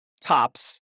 tops